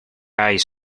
eyes